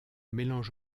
mélange